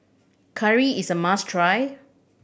curry is a must try